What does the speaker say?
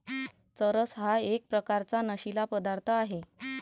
चरस हा एक प्रकारचा नशीला पदार्थ आहे